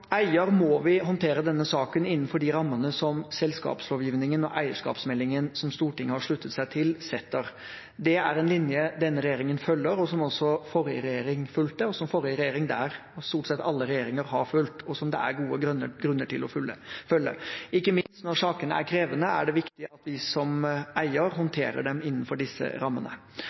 selskapslovgivningen og eierskapsmeldingen, som Stortinget har sluttet seg til, setter. Det er en linje denne regjeringen følger, som også forrige regjering fulgte – som stort sett alle regjeringer har fulgt – og som det er gode grunner til å følge. Ikke minst når sakene er krevende, er det viktig at vi som eier håndterer dem innenfor disse rammene.